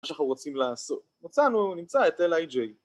‫מה שאנחנו רוצים לעשות. ‫נמצא את LIJ